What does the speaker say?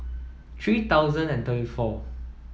three thousand and thirty four